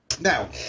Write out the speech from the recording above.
now